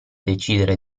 decidere